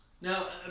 Now